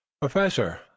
Professor